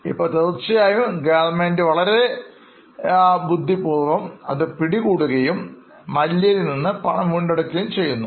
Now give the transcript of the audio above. ഇപ്പോൾ തീർച്ചയായും ഗവൺമെൻറ് വളരെ ബുദ്ധിപൂർവ്വം അത് പിടികൂടുകയും Mallya നിന്ന് പണം വീണ്ടെടുക്കുകയും ചെയ്യുന്നു